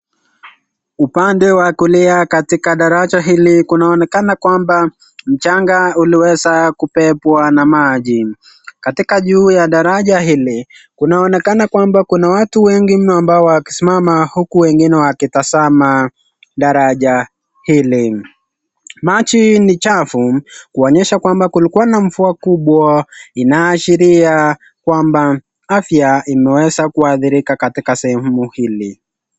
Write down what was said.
Upande wa kulia katika daraja hili kunaonekana kwamba mchanga uliweza kubebwa na maji. Katika juu ya daraja hili kunaonekana kwamba kuna watu wengi mno ambao wakisimama, huku wengine wakitazama daraja hili. Maji ni chafu kuonyesha kwamba kulikuwa na mvua kubwa inaashiria kwamba afya imeweza kuathirika katika sehemu hili.